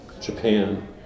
Japan